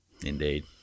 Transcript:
Indeed